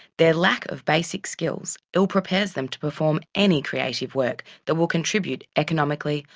their lack of basic skills ill prepares them to perform any creative work that will contribute economically,